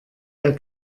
der